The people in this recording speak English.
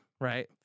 Right